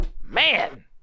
man